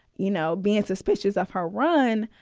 you know, being suspicious of her run.